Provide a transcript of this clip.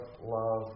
love